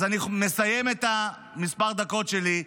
אז אני מסיים את מספר הדקות שלי,